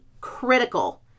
critical